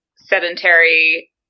sedentary